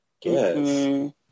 Yes